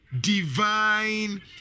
Divine